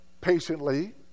patiently